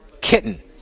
kitten